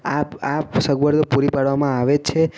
આ આ સગવડો પૂરી પાડવામાં આવે જ છે